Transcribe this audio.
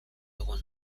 dugun